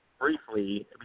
Briefly